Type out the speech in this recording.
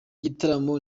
gitaramo